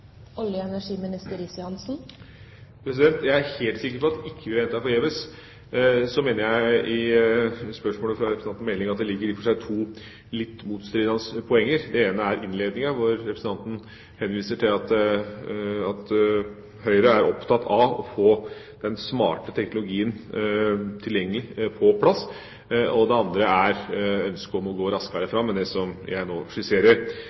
Jeg er helt sikker på at vi ikke venter forgjeves. Så mener jeg at det i spørsmålet fra representanten Meling ligger i og for seg to litt motstridende poenger. Det ene er innledninga hvor representanten henviser til at Høyre er opptatt av å få den smarte teknologien tilgjengelig og på plass, og det andre er ønsket om å gå raskere fram enn det som jeg nå skisserer.